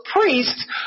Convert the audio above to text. priests